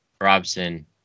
Robson